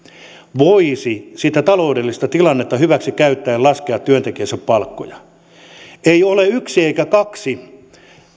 voisi sitä taloudellista tilannetta hyväksi käyttäen laskea työntekijöidensä palkkoja ei ole yksi eikä kaksi